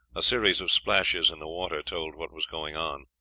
a series of splashes in the water told what was going on.